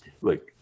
look